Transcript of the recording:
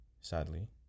sadly